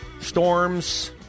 Storms